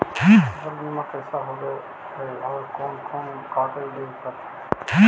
फसल बिमा कैसे होब है और कोन कोन कागज देबे पड़तै है?